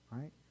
right